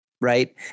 Right